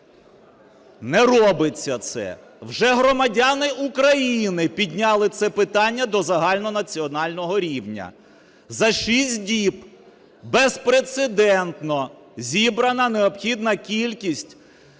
Не робиться це. Вже громадяни України підняли це питання до загальнонаціонального рівня. За 6 діб безпрецедентно зібрана необхідна кількість